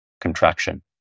contraction